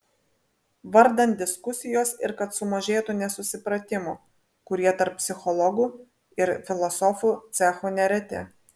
vardan diskusijos ir kad sumažėtų nesusipratimų kurie tarp psichologų ir filosofų cechų nereti